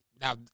now